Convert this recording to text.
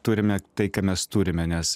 turime tai ką mes turime nes